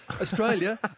Australia